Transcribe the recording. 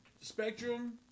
Spectrum